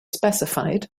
specified